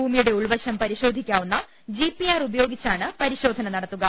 ഭൂമിയുടെ ഉൾവശം പരി ശോധിക്കാവുന്ന ജി പി ആർ ഉപയോഗിച്ചാണ് പരിശോധന നടത്തു ക